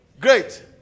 Great